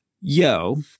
Yo